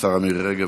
השרה מירי רגב,